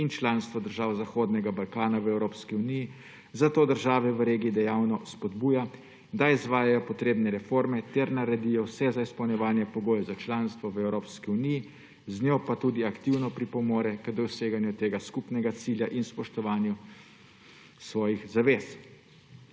in članstvo držav Zahodnega Balkana v Evropski uniji, zato države v regiji dejavno spodbuja, da izvajajo potrebne reforme ter naredijo vse za izpolnjevanje pogojev za članstvo v Evropski uniji, s tem pa tudi aktivno pripomore k doseganju tega skupnega cilja in spoštovanju svojih zavez.